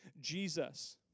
Jesus